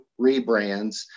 rebrands